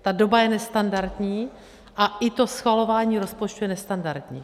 Ta doba je nestandardní a i to schvalování rozpočtu je nestandardní.